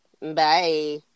Bye